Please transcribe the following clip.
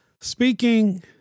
speaking